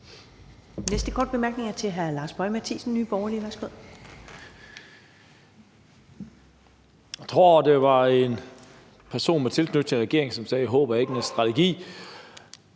næste korte bemærkning er til hr. Lars Boje Mathiesen, Nye Borgerlige. Værsgo. Kl. 13:22 Lars Boje Mathiesen (NB): Jeg tror, det var en person med tilknytning til regeringen, som sagde: Håb er ikke en strategi.